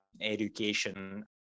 education